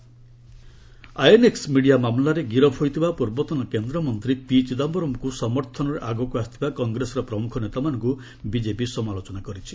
BJP Congress Chidambaram ଆଇଏନ୍ଏକୁ media ମାମଲାରେ ଗିରଫ୍ ହୋଇଥିବା ପୂର୍ବତନ କେନ୍ଦ୍ରମନ୍ତ୍ରୀ ପି ଚିଦାୟରମ୍ଙ୍କ ସମର୍ଥନରେ ଆଗକୁ ଆସିଥିବା କଂଗ୍ରେସର ପ୍ରମୁଖ ନେତାମାନଙ୍କୁ ବିଜେପି ସମାଲୋଚନା କରିଛି